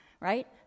right